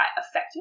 effective